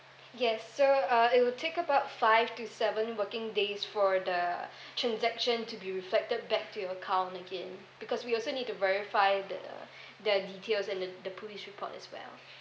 yes so uh it will take about five to seven working days for the transaction to be reflected back to your account again because we also need to verify that uh the details and the the police report as well